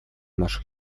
нашим